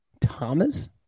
Thomas